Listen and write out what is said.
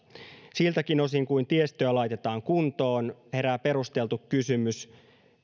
siltäkin osin kuin tiestöä laitetaan kuntoon herää perusteltu kysymys